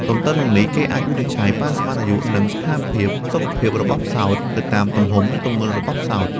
ទន្ទឹមនឹងនេះគេអាចវិនិឆ័យ ប៉ាន់ស្មានអាយុ និងស្ថានភាពសុខភាពរបស់ផ្សោតទៅតាម ទំហំ និងទម្ងន់របស់ផ្សោត។